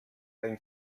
dein